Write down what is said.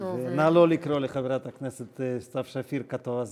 נא לא לקרוא לחברת הכנסת סתיו שפיר "קאטו הזקן",